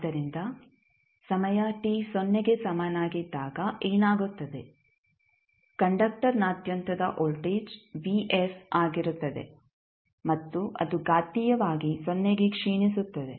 ಆದ್ದರಿಂದ ಸಮಯ t ಸೊನ್ನೆಗೆ ಸಮನಾಗಿದ್ದಾಗ ಏನಾಗುತ್ತದೆ ಕಂಡಕ್ಟರ್ನಾದ್ಯಂತದ ವೋಲ್ಟೇಜ್ vf ಆಗಿರುತ್ತದೆ ಮತ್ತು ಅದು ಘಾತೀಯವಾಗಿ ಸೊನ್ನೆಗೆ ಕ್ಷೀಣಿಸುತ್ತದೆ